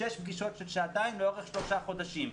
שש פגישות של שעתיים לאורך שלושה חודשים.